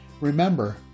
Remember